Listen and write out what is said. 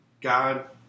God